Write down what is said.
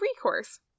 recourse